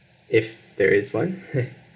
if there is one